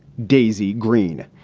daisy green.